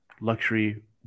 luxury